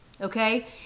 okay